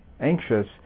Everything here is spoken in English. anxious